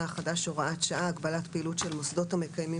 החדש (הוראת שעה) (הגבלת פעילות של מוסדות המקיימים